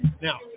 Now